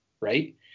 right